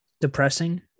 depressing